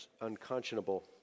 unconscionable